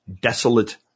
desolate